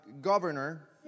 governor